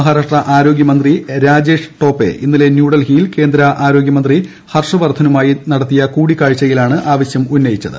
മഹാരാഷ്ട്ര ആരോഗ്യ മന്ത്രി രാജേഷ് ടോപ്പെ ഇന്നലെ ന്യൂഡൽഹിയിൽ കേന്ദ്ര ആരോഗൃമന്ത്രി ഹർഷ്വർദ്ധനുമായി നടത്തിയ കൂടിക്കാഴ്ചയിലാണ് ആവശ്യം ഉന്നയിച്ചത്